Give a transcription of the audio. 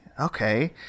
Okay